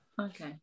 Okay